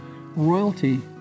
royalty